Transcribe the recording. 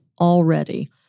already